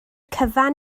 cyfan